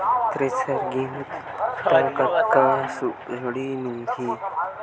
Thresher लेहूं त कतका सब्सिडी मिलही?